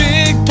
Big